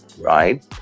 right